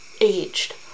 aged